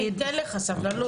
אני אתן לך סבלנות,